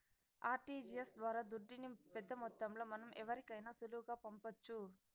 RTGS ద్వారా దుడ్డుని పెద్దమొత్తంలో మనం ఎవరికైనా సులువుగా పంపొచ్చు